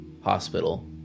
hospital